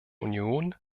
union